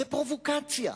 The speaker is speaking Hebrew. זו פרובוקציה,